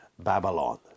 Babylon